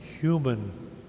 human